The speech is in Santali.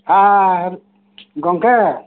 ᱦᱮᱸᱻ ᱜᱚᱝᱠᱮ